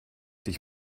dich